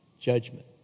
judgment